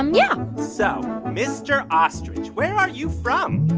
um yeah so mr. ostrich, where are you from?